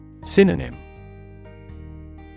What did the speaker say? Synonym